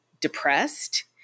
depressed